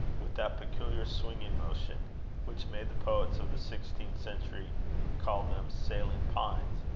with that peculiar swinging motion which made the poets of the sixteenth century call them sailing pines.